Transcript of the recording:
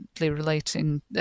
relating